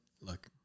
Look